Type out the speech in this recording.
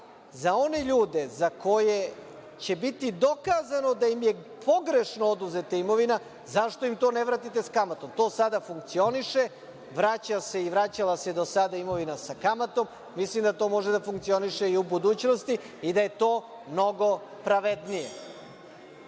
za one ljude za koje će biti dokazano da im je pogrešno oduzeta imovina, zašto im to ne vratite s kamatom? To sada funkcioniše, vraća se i vraćala se do sada imovina sa kamatom i mislim da to može da funkcioniše i u budućnosti i da je to mnogo pravednije.